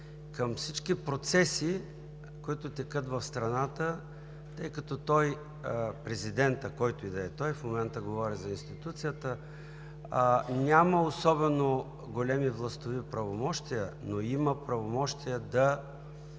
към всички процеси, които текат в страната, тъй като президентът, който и да е той – в момента говоря за институцията, няма особено големи властови правомощия, но има правомощия да